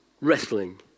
wrestling